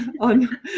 on